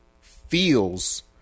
feels